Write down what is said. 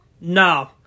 No